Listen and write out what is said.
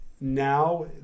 now